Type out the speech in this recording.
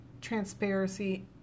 transparency